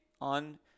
on